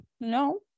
no